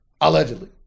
Allegedly